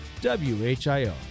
WHIO